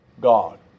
God